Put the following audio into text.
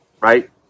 right